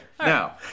Now